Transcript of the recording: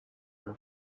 not